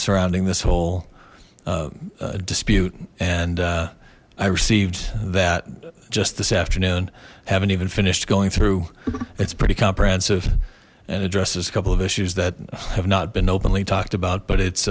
surrounding this whole dispute and i received that just this afternoon haven't even finished going through it's pretty comprehensive and addressed there's a couple of issues that have not been openly talked about but it's